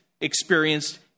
experienced